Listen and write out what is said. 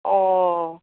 অঁ